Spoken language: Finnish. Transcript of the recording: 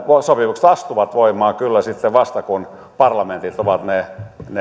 sopimukset astuvat voimaan vasta sitten kun parlamentit ovat ne